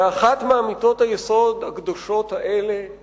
ואחת מאמיתות היסוד הקדושות האלה היא